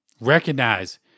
Recognize